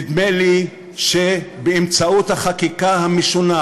נדמה לי שבאמצעות החקיקה המשונה,